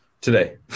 today